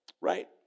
right